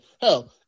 hell